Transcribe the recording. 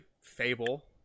Fable